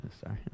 Sorry